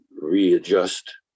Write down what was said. readjust